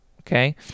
okay